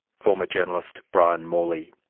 former journalist brian morley.